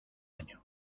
año